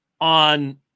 on